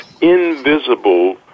invisible